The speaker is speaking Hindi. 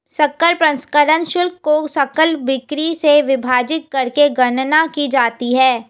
सकल प्रसंस्करण शुल्क को सकल बिक्री से विभाजित करके गणना की जाती है